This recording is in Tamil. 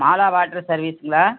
மாலா வாட்டர் சர்வீஸுங்களா